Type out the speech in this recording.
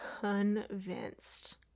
convinced